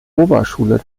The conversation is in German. oberschule